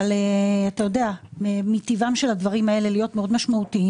אבל מטיבם של הדברים האלה להיות מאוד משמעותיים.